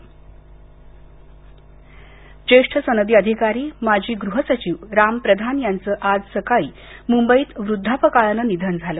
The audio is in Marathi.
राम प्रधान ज्येष्ठ सनदी अधिकारी माजी गृह सचिव राम प्रधान यांचं आज सकाळी मुंबईत वृद्धापकाळानं निधन झालं